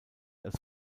als